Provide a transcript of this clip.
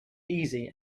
easy